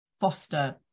foster